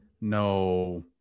no